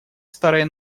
старой